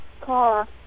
car